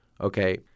Okay